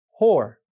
Whore